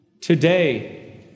Today